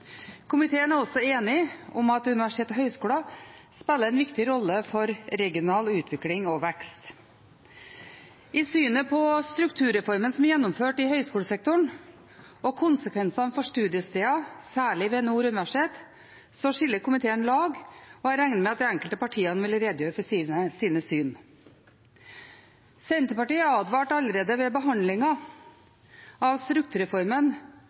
Komiteen er også enige om at universitet og høyskoler spiller en viktig rolle for regional utvikling og vekst. I synet på strukturreformen som er gjennomført i høyskolesektoren, og konsekvensene for studiesteder, særlig ved Nord universitet, skiller komiteen lag, og jeg regner med at de enkelte partiene vil redegjøre for sitt syn. Senterpartiet advarte allerede ved behandlingen av strukturreformen